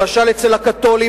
למשל אצל הקתולים,